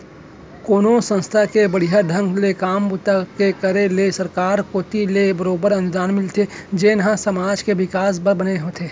कोनो संस्था के बड़िहा ढंग ले काम बूता के करे ले सरकार कोती ले बरोबर अनुदान मिलथे जेन ह समाज के बिकास बर बने होथे